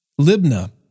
Libna